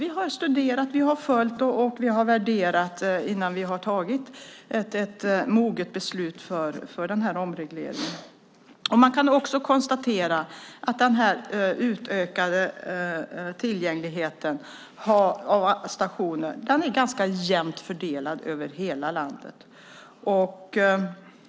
Vi har studerat, följt och värderat detta innan vi tagit ett moget beslut för omregleringen. Man kan också konstatera att den utökade tillgängligheten är ganska jämnt fördelad över hela landet.